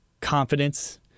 confidence